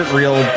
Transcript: real